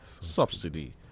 Subsidy